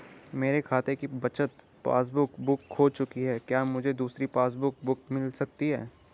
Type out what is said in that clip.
मेरे खाते की बचत पासबुक बुक खो चुकी है क्या मुझे दूसरी पासबुक बुक मिल सकती है?